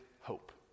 hope